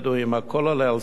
הכול עולה על סדר-היום.